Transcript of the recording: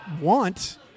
want